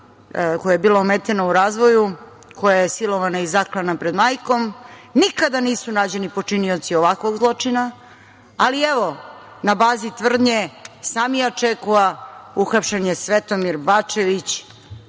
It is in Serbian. koja je bila ometena u razvoju, koja je silovana i zaklana pre majkom. Nikada nisu nađeni počinioci ovakvog zločina, ali na bazi tvrdnje Samija Čekua uhapšen je Svetomir Bačević